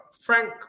Frank